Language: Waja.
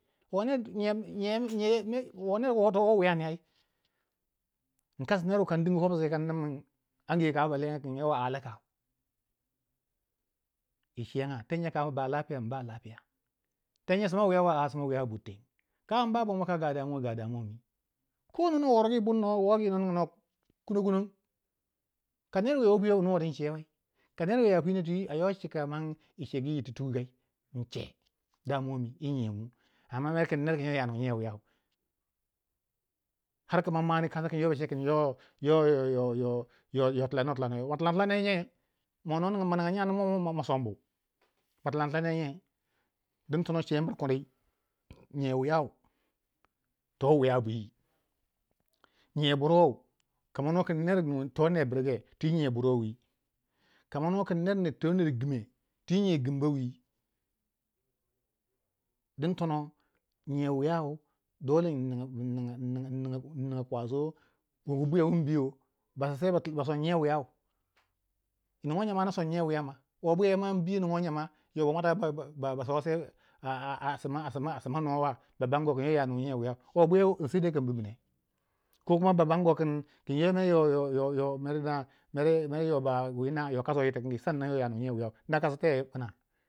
Wo ner mer to nyiya wiya ne ai, inkas ner wun kanding opis yei kanninmun ange kau ba lenge kin yauwa ale kau yi ciyanga tenye kau ma ba lafiya mba lafiya, tenye sma wiya wa a sma wiya wa bur teng kau mba bogonmou ga damuwa ga damuwa mi kona no wor gi buri no ninga nuwa kuno kunong ka ner wiya wo pwi wei nuwo tun cegui, ner wiya ya pwi ne a ywa cika yi cegu yitti tukuggai in ce damuwa mi yi nyiya mu amma mer kin neer yo ya nu yan wiyau har kma mwani ba cekin yo tilano tilano you matikang tikang ye nye mo no ninga nye ana mo ma sombu ma tilang tilan ye nye ding tono ce mir kuni nyiya wiyau to wiya bwi nyiya burwau kamanu kin ner to nyiya burwa twi nyiya burwa wi kamanu kin ner twi ner ginge twi nyan gimba wi don tono nyiya wiyau dole in ninga kwazo yi tono inko bwiya wun biyo ba siseiu bason nyiya wiyau ningo nye ma bason nyiya wiyau wo bwiya yo inbiyo ma ningo nye ma ba nwati basinosei a sma nuwa wa ba bango kinyo yanu nyiya wiyau wo bwiya yo seiko kam ko kuma bubu ne mer ba bango kunyo ba gwedina kinyo kasugu yir tikingi kuma yanu nyiya wiyau